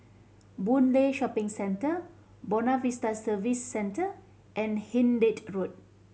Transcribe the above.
Boon Lay Shopping Centre Buona Vista Service Centre and Hindhede Road